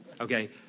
Okay